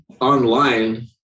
online